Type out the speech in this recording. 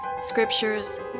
scriptures